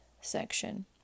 section